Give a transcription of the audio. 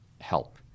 help